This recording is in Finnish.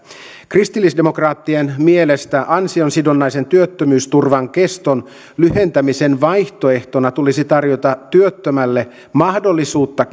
kristillisdemokraattien mielestä ansiosidonnaisen työttömyysturvan keston lyhentämisen vaihtoehtona tulisi tarjota työttömälle mahdollisuutta